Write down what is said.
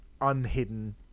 unhidden